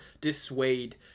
dissuade